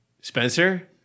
Spencer